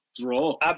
Draw